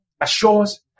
assures